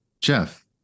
Jeff